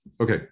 Okay